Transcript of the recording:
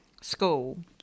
School